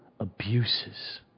abuses